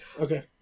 Okay